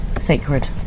sacred